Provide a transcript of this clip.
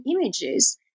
images